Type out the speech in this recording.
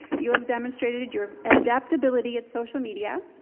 you have demonstrated your adaptability at social media,